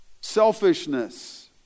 selfishness